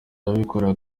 abikorera